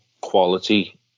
quality